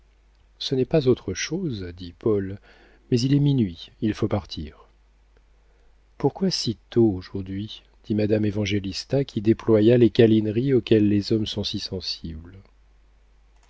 ce n'est pas autre chose dit paul mais il est minuit il faut partir pourquoi si tôt aujourd'hui dit madame évangélista qui déploya les câlineries auxquelles les hommes sont si sensibles